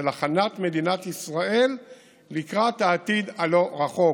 של הכנת מדינת ישראל לקראת העתיד הלא-רחוק,